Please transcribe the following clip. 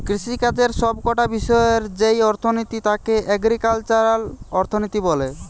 কৃষিকাজের সব কটা বিষয়ের যেই অর্থনীতি তাকে এগ্রিকালচারাল অর্থনীতি বলে